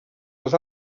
les